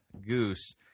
Goose